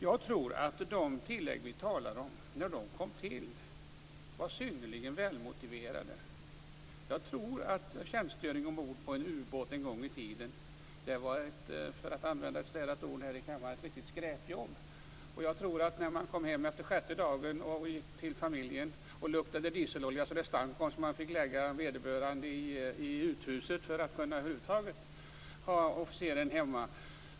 Jag tror att de tillägg som vi talar om var synnerligen välmotiverade när de kom till. Jag tror att tjänstgöring ombord på en ubåt en gång i tiden var ett riktigt skräpjobb, för att använda ett städat ord här i kammaren. Officeren kunde kanske komma hem till familjen efter sjätte dagen och lukta dieselolja så att han fick lägga sig i uthuset för att över huvud taget kunna vara hemma.